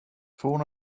från